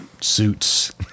suits